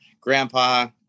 grandpa